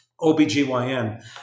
OBGYN